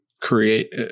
create